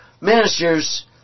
ministers